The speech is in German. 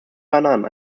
bananen